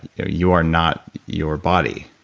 you are not your body.